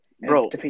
Bro